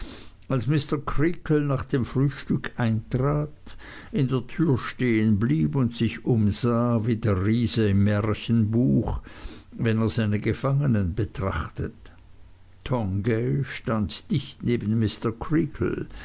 als mr creakle nach dem frühstück eintrat in der türe stehen blieb und sich umsah wie der riese im märchenbuch wenn er seine gefangenen betrachtet tongay stand dicht neben